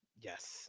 Yes